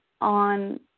on